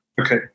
okay